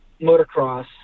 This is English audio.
motocross